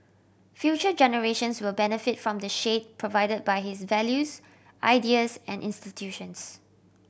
future generations will benefit from the shade provided by his values ideas and institutions